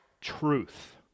truth